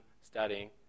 studying